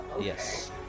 Yes